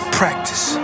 practice